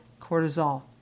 cortisol